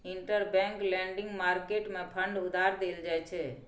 interbank lending market मे fund उधार देल जाइ छै